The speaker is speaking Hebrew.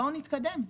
בואו נתקדם.